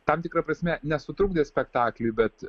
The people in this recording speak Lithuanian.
tam tikra prasme nesutrukdė spektakliui bet